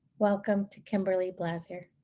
welcome to kimberly blaeser.